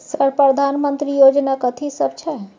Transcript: Sir प्रधानमंत्री योजना कथि सब छै?